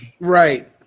Right